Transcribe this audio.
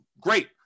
Great